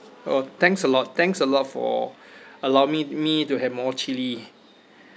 oh thanks a lot thanks a lot for allow me me to have more chilli